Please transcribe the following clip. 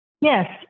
Yes